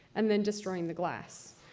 and then destroying the glass.